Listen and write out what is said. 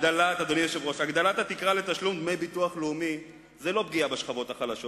הגדלת התקרה לתשלום דמי ביטוח לאומי זה לא פגיעה בשכבות החלשות.